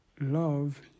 Love